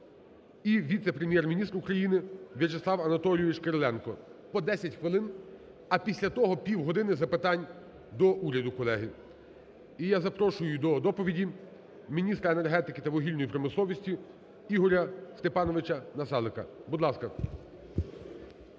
і віце-прем'єр-міністр України В'ячеслав Анатолійович Кириленко – по 10 хвилин. А після того – півгодини запитань до уряду, колеги. І я запрошую до доповіді міністра енергетики та вугільної промисловості Ігоря Степановича Насалика. Будь ласка.